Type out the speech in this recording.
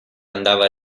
andava